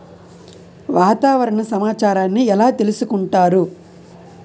వాతావరణ సమాచారాన్ని ఎలా తెలుసుకుంటారు?